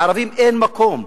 לערבים אין מקום.